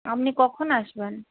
আপনি কখন আসবেন